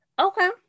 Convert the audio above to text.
okay